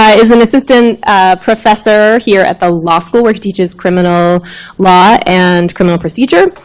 ah is an assistant professor here at the law school, where he teaches criminal law and criminal procedure.